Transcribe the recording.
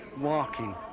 walking